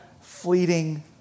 fleeting